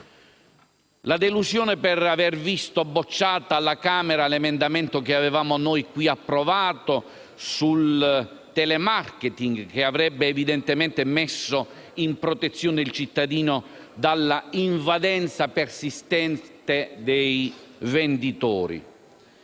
la delusione per aver visto bocciato alla Camera l'emendamento che avevamo qui approvato sul *telemarketing*, che avrebbe evidentemente messo in protezione il cittadino dalla invadenza persistente dei venditori.